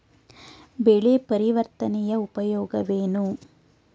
ಬೆಳೆ ಪರಿವರ್ತನೆಯ ಉಪಯೋಗವೇನು?